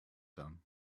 them